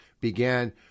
began